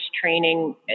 training